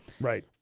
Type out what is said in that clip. Right